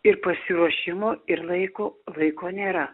ir pasiruošimo ir laiko laiko nėra